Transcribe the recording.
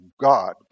God